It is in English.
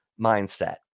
mindset